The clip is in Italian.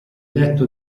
letto